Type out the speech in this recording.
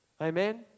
Amen